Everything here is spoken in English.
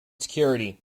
security